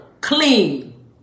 clean